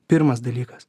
pirmas dalykas